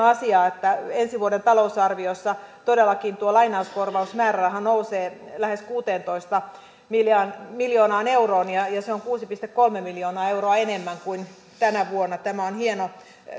asia että ensi vuoden talousarviossa todellakin tuo lainauskorvausmääräraha nousee lähes kuuteentoista miljoonaan miljoonaan euroon se on kuusi pilkku kolme miljoonaa euroa enemmän kuin tänä vuonna tämä on hieno